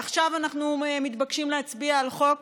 עכשיו אנחנו מתבקשים להצביע על חוק